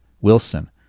Wilson